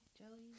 jelly